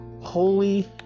Holy